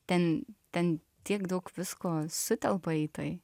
ten ten tiek daug visko sutelpa į tai